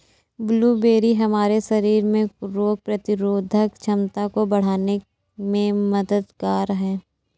blueberry हमारे शरीर में रोग प्रतिरोधक क्षमता को बढ़ाने में मददगार है